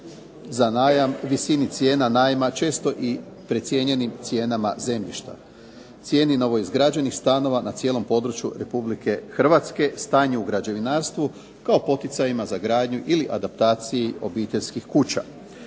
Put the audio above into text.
za najam, visini cijena najma, često i precijenjenim cijenama zemljišta, cijeni novoizgrađenih stanova na cijelom području republike Hrvatske, stanje u građevinarstvu kao poticajima za gradnju ili adaptaciju obiteljskih kuća.